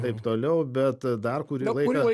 taip toliau bet dar kurį laiką